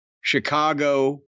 Chicago